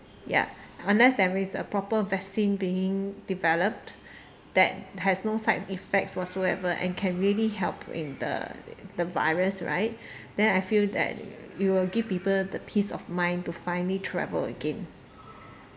ya unless there is a proper vaccine being developed that has no side effects whatsoever and can really help in the the virus right then I feel that you will give people the peace of mind to finally travel again